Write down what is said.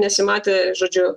nesimatė žodžiu